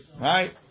Right